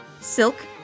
Silk